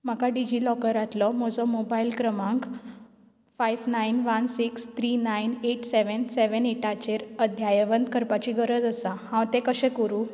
म्हाका डिजी लॉकरांतलो म्हजो मोबायल क्रमांक five nine one six three nine eight seven seven एटाचेर अद्यावत करपाची गरज आसा हांव तें कशें करूं